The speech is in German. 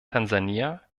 tansania